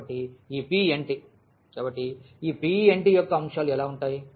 కాబట్టి ఈ Pn కాబట్టి Pn యొక్క అంశాలు ఎలా ఉంటాయి